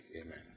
Amen